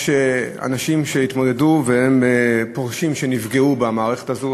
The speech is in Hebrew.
יש אנשים שהתמודדו והם פורשים שנפגעו במערכה הזו.